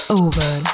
over